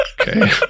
Okay